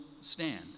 stand